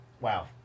Wow